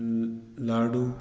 लाडू